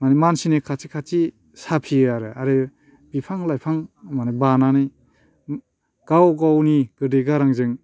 मानसिनि खाथि खाथि साफियो आरो आरो बिफां लाइफां माने बानानै गाव गावनि गोदै गारांजों